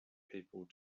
people